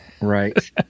Right